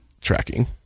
tracking